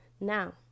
Now